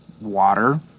water